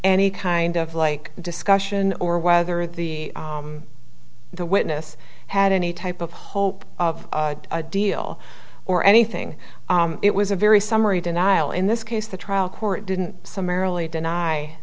any kind of like discussion or whether the the witness had any type of hope of a deal or anything it was a very summary denial in this case the trial court didn't summarily deny